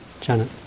Janet